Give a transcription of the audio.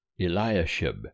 Eliashib